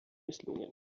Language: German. misslungen